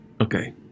Okay